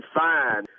fine